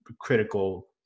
critical